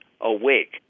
awake